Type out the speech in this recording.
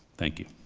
thank you.